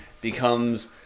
becomes